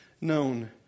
known